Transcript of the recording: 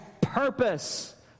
purpose